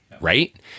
right